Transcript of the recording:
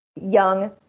young